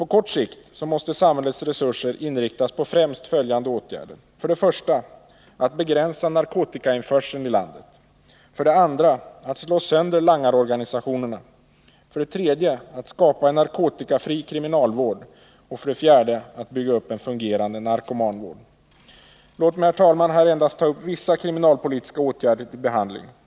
På kort sikt måste samhällets resurser inriktas på främst följande åtgärder: 2. Slå sönder langarorganisationerna. 3. Skapa en narkotikafri kriminalvård. 4. Bygga upp en fungerande narkomanvård. Låt mig, herr talman, här endast ta upp vissa kriminalpolitiska åtgärder till behandling.